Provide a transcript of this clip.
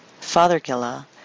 fathergilla